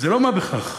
של מה בכך.